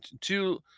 two